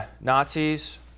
Nazis